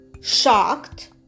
shocked